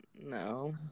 No